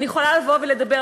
אני יכולה לבוא ולדבר,